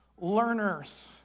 learners